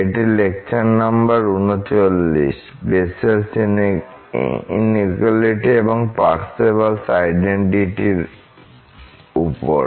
এটি lecture number 39 Bessel's inequality Bessel's Inequality এবং Parseval's identity Parseval's Identity এর উপর